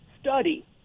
study